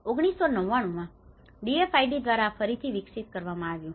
1999 માં DFID દ્વારા આ ફરી વિકસિત કરવામાં આવ્યું છે